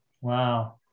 Wow